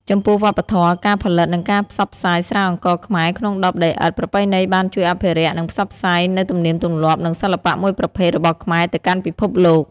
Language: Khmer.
ចំពោះវប្បធម៌ ការផលិត និងការផ្សព្វផ្សាយស្រាអង្ករខ្មែរក្នុងដបដីឥដ្ឋប្រពៃណីបានជួយ អភិរក្ស និងផ្សព្វផ្សាយ នូវទំនៀមទម្លាប់ និងសិល្បៈមួយប្រភេទរបស់ខ្មែរទៅកាន់ពិភពលោក។